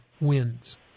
wins